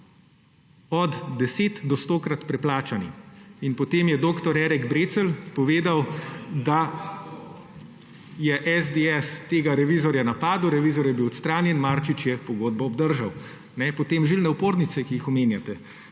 od 10 do 100-krat preplačani. Potem je dr. Erik Brecelj povedal, da je SDS tega revizorja napadel. Revizor je bil odstranjen. Marčič je pogodbo obdržal. Potem žilne opornice, ki jih omenjate.